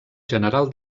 general